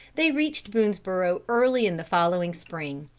they reached boonesborough early in the following spring.